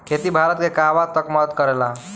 खेती भारत के कहवा तक मदत करे ला?